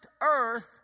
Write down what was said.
earth